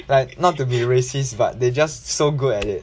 like not to be racist but they just so good at it